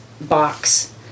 box